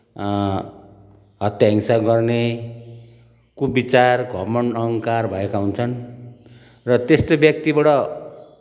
हत्या हिंसा गर्ने कुविचार घमन्ड अहङ्कार भएका हुन्छन् र त्यस्तो व्यक्तिबाट